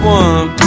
one